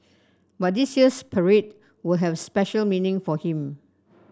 but this year's parade will have special meaning for him